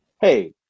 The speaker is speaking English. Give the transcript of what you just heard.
hey